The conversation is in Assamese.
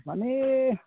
মানে